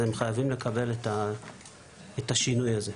אז הם חייבים לקבל את השינוי הזה.